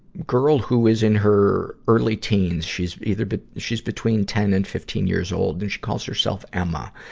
girl who is in her, early teens. she's either be, she's between ten and fifteen years old, and she calls herself emma.